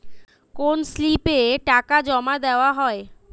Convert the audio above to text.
কোন স্লিপে টাকা জমাদেওয়া হয়?